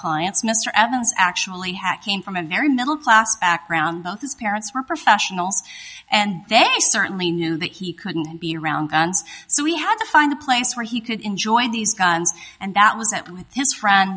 evans actually had came from a very middle class background both his parents were professionals and they certainly knew that he couldn't be around and so we had to find a place where he could enjoy these guns and that was that with his friend